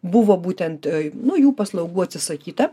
buvo būtent nu jų paslaugų atsisakyta